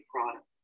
product